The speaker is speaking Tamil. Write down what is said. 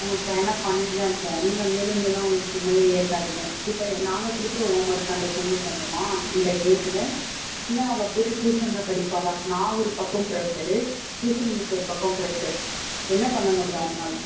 அவங்களுக்கு ட்ரைனப் பண்ணிட்டு தான் இருப்போம் நீங்கள் மேலும் மேலும் அவங்களுக்கு சுமையை ஏற்றாதீங்க இப்போ நாங்கள் கொடுக்குற ஹோம் ஒர்க்கை அந்த பொண்ணு பண்ணுமா இந்த ஏஜில் இல்லை அங்கே போயிட்டு ட்யூசனில் படிப்பாளா நான் ஒரு பக்கம் ப்ரஷர் ட்யூசன் மிஸ் ஒரு பக்கம் ப்ரஷர் என்ன பண்ண முடியும் அவங்களால்